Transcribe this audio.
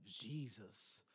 Jesus